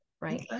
right